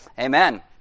Amen